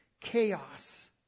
chaos